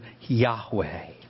Yahweh